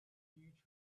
huge